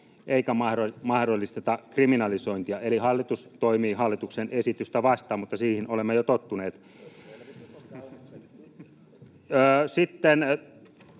eikä mahdollisteta kriminalisointia — eli hallitus toimii hallitusohjelmaa vastaan, mutta siihen olemme jo tottuneet. [Mikko